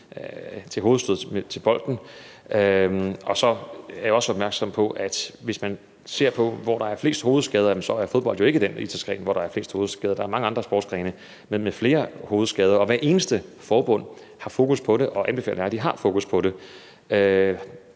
til hovedstød til bolden. Så er jeg også opmærksom på, at hvis man ser på, hvor der er flest hovedskader, er fodbold ikke den idrætsgren, hvor der er flest hovedskader. Der er mange andre sportsgrene med flere hovedskader, og hvert eneste forbund har fokus på det og anbefaler, at man har fokus på det.